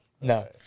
no